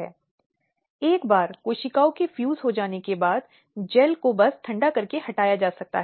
यह धारा एक बहुत ही महत्वपूर्ण समावेश है इस संदर्भ में यह अंदर